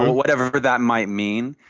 whatever that might mean.